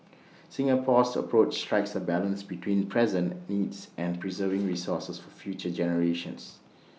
Singapore's approach strikes A balance between present needs and preserving resources for future generations